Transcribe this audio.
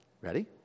Ready